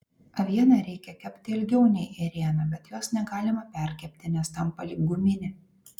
avieną reikia kepti ilgiau nei ėrieną bet jos negalima perkepti nes tampa lyg guminė